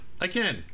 again